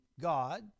God